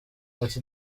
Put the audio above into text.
ati